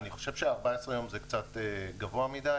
אני חושב ש-14 יום זה קצת גבוה מדי.